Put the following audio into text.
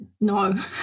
No